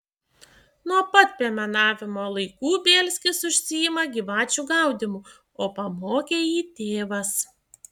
nuo pat piemenavimo laikų bielskis užsiima gyvačių gaudymu o pamokė jį tėvas